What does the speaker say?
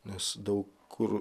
nes daug kur